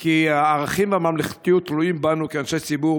כי הערכים והממלכתיות תלויים בנו כאנשי ציבור,